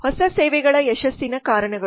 ಹೊಸ ಸೇವೆಗಳ ಯಶಸ್ಸಿನ ಕಾರಣಗಳು